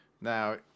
Now